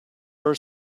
her